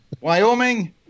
Wyoming